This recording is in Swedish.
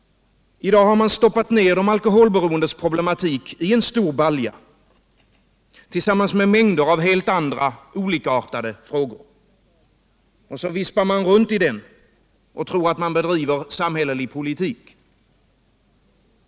I dag har man stoppat ner de alkoholberoendes problematik i en stor balja tillsammans med mängder av andra helt olikartade frågor. Och så vispar man runt i den och tror att man bedriver samhällelig politik.